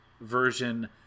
version